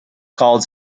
called